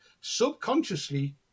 Subconsciously